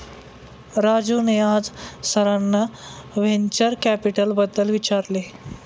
राजूने आज सरांना व्हेंचर कॅपिटलबद्दल विचारले